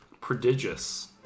Prodigious